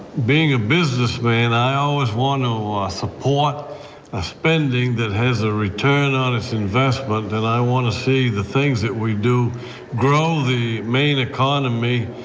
being a businessman i always want to ah support ah spending that has a return on its investment and i want to see the things that we do grow the maine economy.